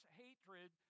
hatred